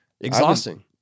Exhausting